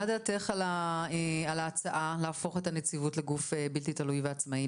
מה דעתך על ההצעה להפוך את הנציבות לגוף בלתי תלוי ועצמאי,